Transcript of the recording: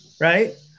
right